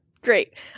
great